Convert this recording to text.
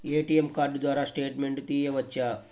ATM card ద్వారా statement తీయవచ్చా?